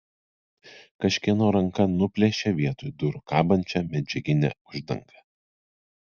kažkieno ranka nuplėšė vietoj durų kabančią medžiaginę uždangą